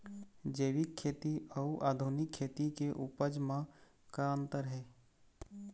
जैविक खेती अउ आधुनिक खेती के उपज म का अंतर हे?